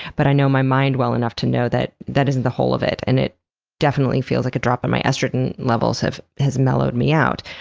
but i know my mind well enough to know that that isn't the whole of it, and it definitely feels like a drop in my estrogen levels has mellowed me out.